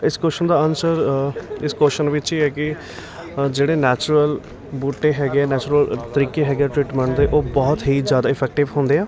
ਇਸ ਕੁਸ਼ਚਨ ਦਾ ਅਨਸਰ ਇਸ ਕੁਸ਼ਚਨ ਵਿੱਚ ਹੀ ਹੈ ਕਿ ਜਿਹੜੇ ਨੈਚੁਰਲ ਬੂਟੇ ਹੈਗੇ ਆ ਨੈਚੁਰਲ ਤਰੀਕੇ ਹੈਗੇ ਆ ਟਰੀਟਮੈਂਟ ਦੇ ਉਹ ਬਹੁਤ ਹੀ ਜ਼ਿਆਦਾ ਇਫੈਕਟਿਵ ਹੁੰਦੇ ਆ